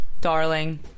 darling